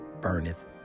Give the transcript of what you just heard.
burneth